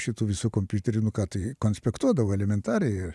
šitų visų kompiuterių nu ką tai konspektuodavo elementariai